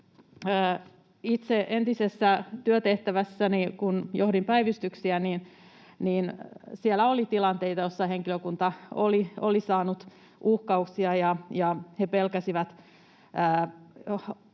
entisessä työtehtävässäni, kun johdin päivystyksiä, oli tilanteita, joissa henkilökunta oli saanut uhkauksia ja he pelkäsivät